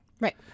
Right